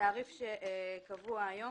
התעריף שקבוע היום